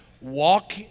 walk